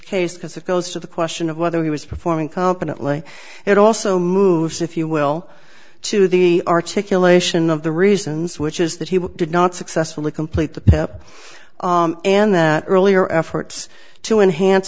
case because it goes to the question of whether he was performing competently it also moves if you will to the articulation of the reasons which is that he did not successfully complete the pep and the earlier efforts to enhance